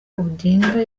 odinga